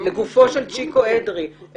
לגופו של צ'יקו אדרי,